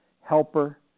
helper